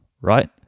right